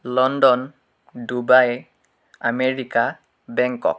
London Dubai America Bangkok